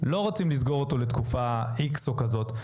לא רוצים לסגור אותו לתקופה X או כזאת.